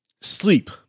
sleep